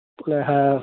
पुनः